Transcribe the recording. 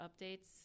updates